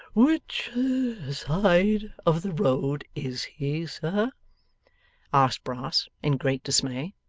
which side of the road is he, sir asked brass, in great dismay.